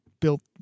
built